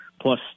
plus